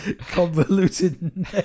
convoluted